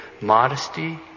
Modesty